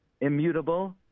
immutable